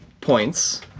points